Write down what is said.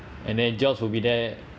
and then jobs will be there